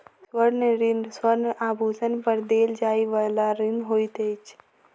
स्वर्ण ऋण स्वर्ण आभूषण पर देल जाइ बला ऋण होइत अछि